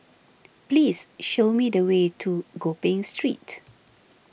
please show me the way to Gopeng Street